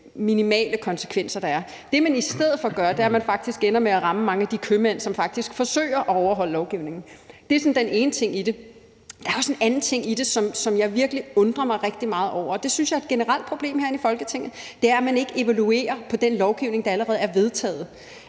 minimale konsekvenser, der er. Det, man i stedet for gør, er, at man faktisk ender med at ramme mange af de købmænd, som faktisk forsøger at overholde lovgivningen. Det er den ene ting i det. Der er også en anden ting i det, som jeg virkelig undrer mig rigtig meget over, og som er noget, jeg synes er et generelt problem herinde i Folketinget, og det er, at man ikke evaluerer på den lovgivning, der allerede er vedtaget.